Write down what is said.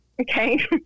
okay